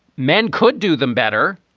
men could do them better,